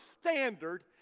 standard